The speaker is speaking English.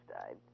died